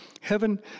heaven